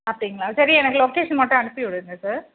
அப்டிங்களா சரி எனக்கு லொக்கேஷன் மட்டும் அனுப்பிவிடுங்க சார்